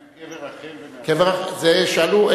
מה עם קבר רחל, את זה שאלו.